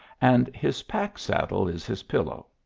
and his pack-saddle is his pillow.